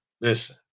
Listen